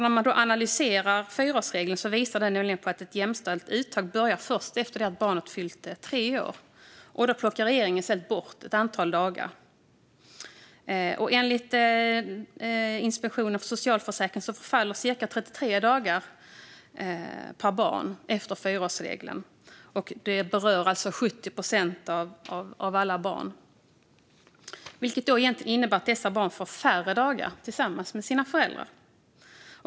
När man analyserar fyraårsregeln visar det sig nämligen att ett jämställt uttag börjar först efter det att barnet fyllt tre år, och sedan plockar regeringen bort ett antal dagar. Enligt Inspektionen för socialförsäkringen förfaller cirka 33 dagar per barn med fyraårsregeln, och detta berör 70 procent av alla barn. Det innebär att dessa barn får färre dagar tillsammans med sina föräldrar.